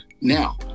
now